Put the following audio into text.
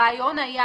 הרעיון היה